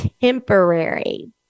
temporary